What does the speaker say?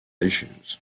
issues